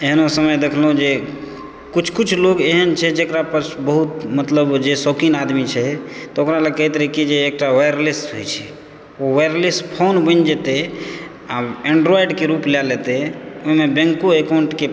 एहनो समय देखलहुँ जे किछु किछु लोग एहन छै जकरा पास बहुत मतलब जे शौकिन आदमी छै तऽ ओकरा लेल कहैत रहै कि जे एकटा वायरलेस होइत छै ओ वायरलेस फोन बनि जेतैक आओर एंड्राइडके रूप लए लेतै ओहिमे बैङ्को अकाउण्टके